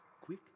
Quick